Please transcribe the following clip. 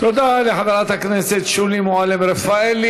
תודה לחברת הכנסת שולי מועלם-רפאלי.